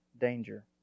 danger